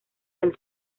del